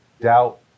doubt